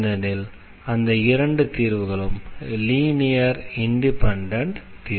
ஏனெனில் அந்த இரண்டு தீர்வுகளும் லீனியர் இண்டிபெண்டண்ட் தீர்வுகள்